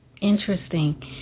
interesting